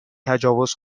تجاوز